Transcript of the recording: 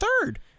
third